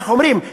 איך אומרים,